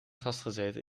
vastgezeten